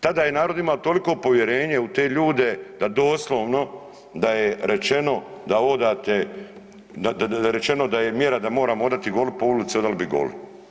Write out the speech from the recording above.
Tada je narod imao toliko povjerenje u te ljude da doslovno da je rečeno da odate, da je rečeno da je mjera da moramo odati goli po ulici, odali bi goli.